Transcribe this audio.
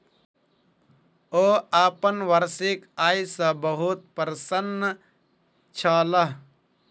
ओ अपन वार्षिक आय सॅ बहुत प्रसन्न छलाह